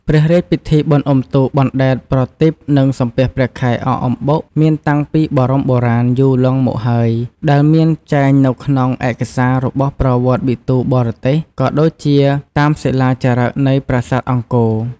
ព្រះរាជពិធីបុណ្យអ៊ំុទូក បណ្តែតប្រទីប និងសំពះព្រះខែ អកអំបុក មានតាំងពីបូរមបុរាណ យូរលង់មកហើយ ដែលមានចែងនៅក្នុងឯកសារ របស់ប្រវត្តិវិទូបរទេស ក៏ដូចជាតាមសិលាចារឹក នៃប្រាសាទអង្គរ។